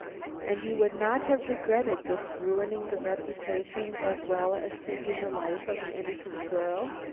and you would not have regretted this ruining the reputation as well as taking the life of an innocent girl?